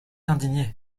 indigné